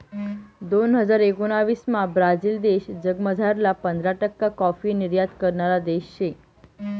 दोन हजार एकोणाविसमा ब्राझील देश जगमझारला पंधरा टक्का काॅफी निर्यात करणारा देश शे